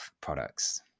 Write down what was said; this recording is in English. products